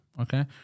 Okay